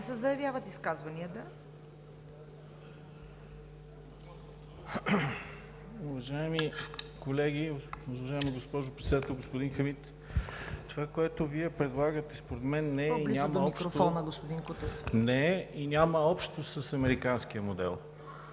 (БСП за България): Уважаеми колеги, уважаема госпожо Председател! Господин Хамид, това, което Вие предлагате, според мен не е и няма общо с американския модел.